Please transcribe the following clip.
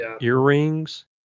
earrings